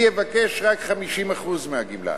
אני אבקש רק 50% מהגמלה,